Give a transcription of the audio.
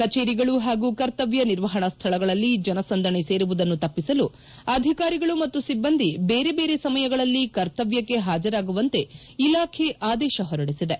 ಕಚೇರಿಗಳು ಪಾಗೂ ಕರ್ತವ್ಯ ನಿರ್ವಹಣಾ ಸ್ಥಳಗಳಲ್ಲಿ ಜನಸಂದಣಿ ಸೇರುವುದನ್ನು ತಪ್ಪಿಸಲು ಅಧಿಕಾರಿಗಳು ಮತ್ತು ಸಿಬ್ಬಂದಿ ಬೇರೆ ಬೇರೆ ಸಮಯಗಳಲ್ಲಿ ಕರ್ತವ್ಯಕ್ಕೆ ಹಾಜರಾಗುವಂತೆ ಇಲಾಖೆ ಆದೇಶ ಹೊರಡಿಸಿದೆ